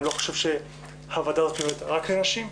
אני לא חושב שהוועדה הזאת מיועדת רק לנשים,